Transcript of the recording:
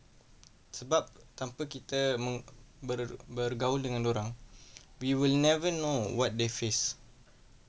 sebab tanpa kita me~ ber~ bergaul dengan orang we will never know what they face